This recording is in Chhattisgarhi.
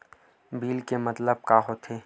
बिल के मतलब का होथे?